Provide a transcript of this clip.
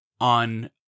on